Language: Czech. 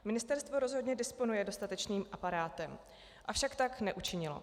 Ministerstvo rozhodně disponuje dostatečným aparátem, avšak tak neučinilo.